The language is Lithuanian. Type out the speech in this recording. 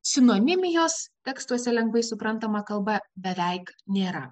sinonimijos tekstuose lengvai suprantama kalba beveik nėra